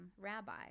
Rabbi